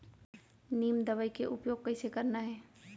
नीम दवई के उपयोग कइसे करना है?